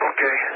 Okay